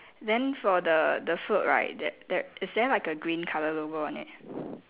then for the the food right there there is there like a green colour logo on it